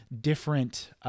different